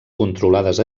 controlades